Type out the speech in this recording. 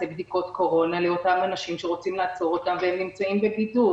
בדיקות קורונה לאותם אנשים שרוצים לעצור והם נמצאים בבידוד.